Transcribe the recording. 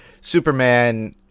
Superman